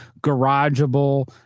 garageable